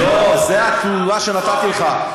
לא, זו הדוגמה שנתתי לך.